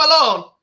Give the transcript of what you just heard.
alone